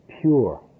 pure